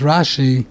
Rashi